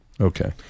Okay